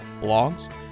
blogs